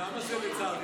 למה זה "לצערי"?